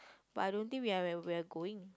but I don't think where we're going